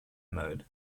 mode